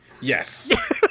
Yes